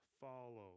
follow